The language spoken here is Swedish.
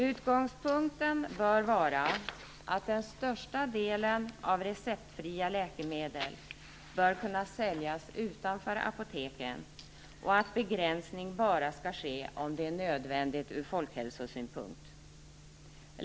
Utgångspunkten bör vara att den största delen av receptfria läkemedel bör kunna säljas utanför apoteken och att begränsning bara skall ske om det är nödvändigt ur folkhälsosynpunkt.